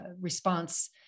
response